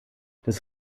das